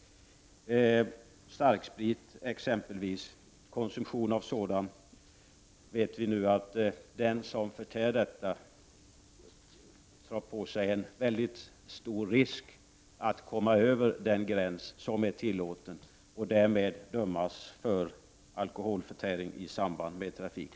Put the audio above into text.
Vi vet exempelvis att den som konsumerar starksprit löper väldigt stor risk att komma över gränsen för vad som nu blir tillåtet och därmed löprer stor risk att dömas för sin alkoholförtäring i samband med trafik.